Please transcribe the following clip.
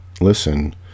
listen